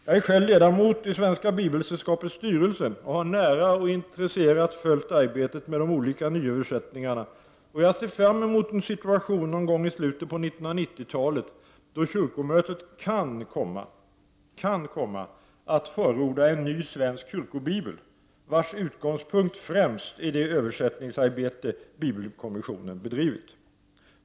Jag är själv ledamot i Svenska bibelsällskapets styrelse och har nära och intresserat följt arbetet med de olika nyöversättningarna, och jag ser fram emot en situation, i slutet på 1990-talet, då kyrkomötet kan komma att förorda en ny svensk kyrkobibel, vars utgångspunkt främst är det översättningsarbete som bibelkommissionen bedrivit.